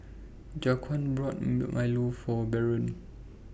Jaquan bought Milo For Barron